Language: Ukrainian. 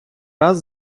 раз